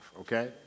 okay